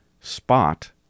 spot